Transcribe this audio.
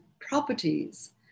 properties